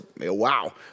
wow